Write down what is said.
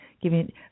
giving